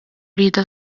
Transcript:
rieda